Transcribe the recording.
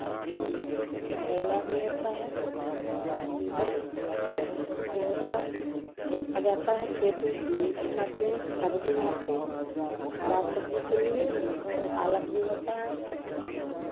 करेला भी होता है भिंडी भी होता है रोपा जाता है खेत में पानी पटाते हैं खाद्य भी मारते हैं हरा सब्ज़ी के लिए पालक भी होता है